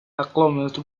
alchemist